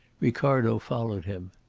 ricardo followed him.